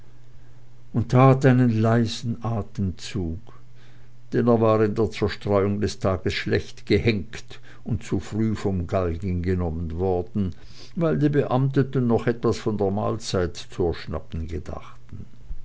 und tat einen leisen atemzug denn er war in der zerstreuung des tages schlecht gehenkt und zu früh vom galgen genommen worden weil die beamteten noch etwas von der mahlzeit zu erschnappen gedachten